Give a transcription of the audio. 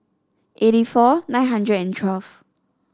eighty four nine hundred and twelve